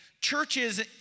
churches